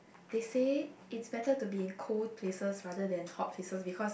they say it's better to be in cold places rather than hot places because